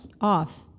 Off